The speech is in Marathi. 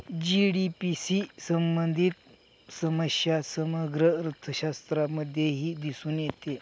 जी.डी.पी शी संबंधित समस्या समग्र अर्थशास्त्रामध्येही दिसून येते